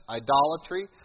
idolatry